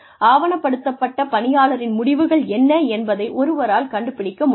ஆவணப்படுத்தப்பட்ட பணியாளரின் முடிவுகள் என்ன என்பதை ஒருவரால் கண்டுபிடிக்க முடியும்